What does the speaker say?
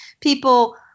people